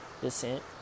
descent